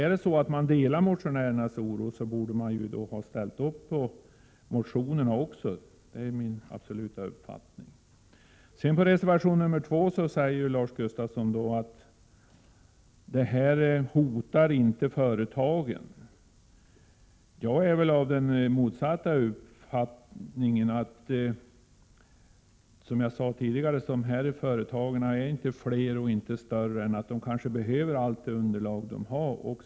Är det så att utskottet delar motionärernas oro, borde utskottet också ha ställt upp på motionerna —det är absolut min uppfattning. När det gäller reservation nr 2 sade Lars Gustafsson att teknikoch serviceverksamheten inte hotar företagen. Jag är av den motsatta uppfattningen. De här företagen är inte fler och inte större än att de behöver allt underlag de har.